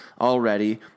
already